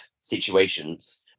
situations